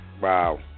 Wow